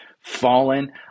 fallen